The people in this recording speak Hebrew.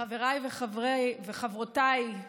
חבריי וחברותיי,